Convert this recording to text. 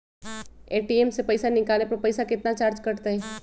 ATM से पईसा निकाले पर पईसा केतना चार्ज कटतई?